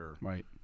Right